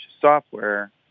software